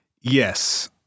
Yes